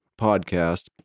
podcast